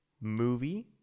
movie